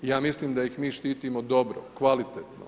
I ja mislim da ih mi štitimo dobro, kvalitetno.